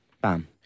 Bam